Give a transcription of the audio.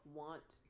want